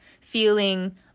feeling